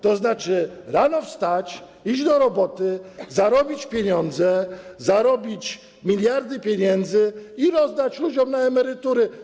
To znaczy rano wstać, iść do roboty, zarobić pieniądze, zarobić miliardy pieniędzy, i rozdać ludziom na emerytury.